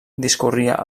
discorria